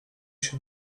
się